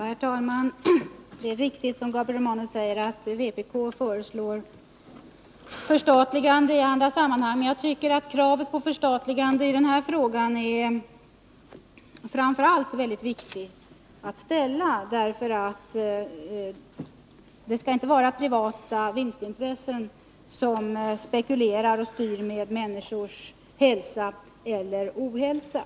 Herr talman! Det är riktigt, som Gabriel Romanus säger, att vpk föreslår Onsdagen den förstatligande i andra sammanhang. Jag tycker att kravet på förstatligande i 12 november 1980 det här fallet är särskilt viktigt. Det skall inte vara privata vinstintressen som spekulerar och styr när det gäller människors hälsa eller ohälsa.